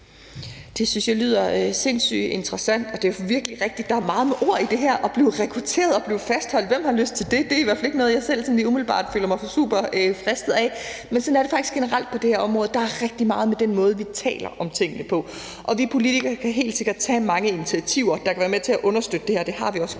Det synes jeg lyder sindssygt interessant, og det er virkelig rigtigt, at der er meget med ord i det her i forhold til at blive rekrutteret og blive fastholdt. Hvem har lyst til det? Det er i hvert fald ikke noget, jeg selv sådan lige umiddelbart føler mig super fristet af. Men sådan er det faktisk generelt på det her område. Der er rigtig meget, der handler om den måde, vi taler om tingene på, og vi politikere kan helt sikkert tage mange initiativer, der kan være med til at understøtte det her. Det har vi også